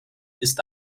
ist